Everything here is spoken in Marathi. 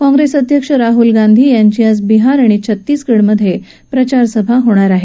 काँप्रेस अध्यक्ष राहुल गांधी यांची आज बिहार आणि छत्तीसगढमध्ये प्रचारसभा होणार आहे